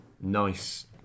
nice